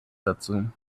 dazu